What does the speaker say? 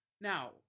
Now